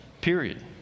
period